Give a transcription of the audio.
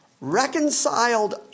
reconciled